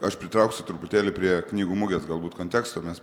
aš pritrauksiu truputėlį prie knygų mugės galbūt konteksto mes